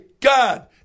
God